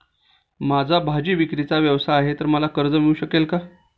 माझा भाजीविक्रीचा व्यवसाय आहे तर मला कर्ज मिळू शकेल का?